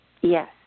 Yes